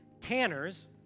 Tanners